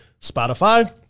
Spotify